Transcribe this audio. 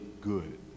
good